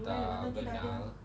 letak vinyl